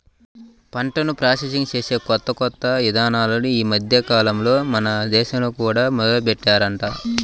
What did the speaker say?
పంటను ప్రాసెసింగ్ చేసే కొత్త కొత్త ఇదానాలు ఈ మద్దెకాలంలో మన దేశంలో కూడా మొదలుబెట్టారంట